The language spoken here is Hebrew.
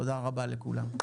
תודה רבה לכולם.